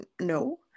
no